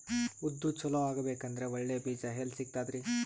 ಉದ್ದು ಚಲೋ ಆಗಬೇಕಂದ್ರೆ ಒಳ್ಳೆ ಬೀಜ ಎಲ್ ಸಿಗತದರೀ?